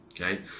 Okay